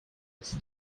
was